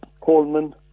Coleman